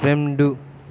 రెండు